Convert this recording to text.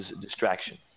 distraction